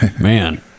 Man